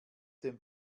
dem